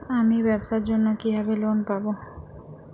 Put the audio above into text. আমি ব্যবসার জন্য কিভাবে লোন পাব?